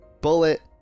Bullet